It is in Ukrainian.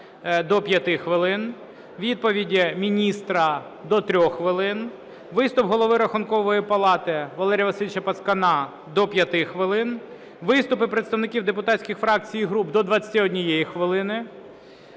відповіді міністра – до 3 хвилин; виступ Голови Рахункової палати Валерія Васильовича Пацкана – до 5 хвилин; виступи представників депутатських фракції і груп – до 21 хвилини;